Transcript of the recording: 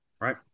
Right